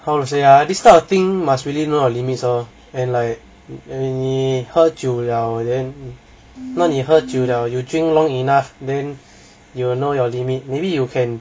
how to say ah this kind of thing must really know your limits lor and like when 你喝酒 liao then 那你喝酒 liao you drink long enough then you will know your limit maybe you can